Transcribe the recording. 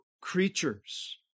creatures